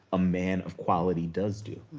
a man of quality does do,